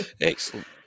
Excellent